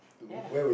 ya lah